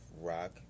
rock